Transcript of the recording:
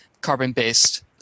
carbon-based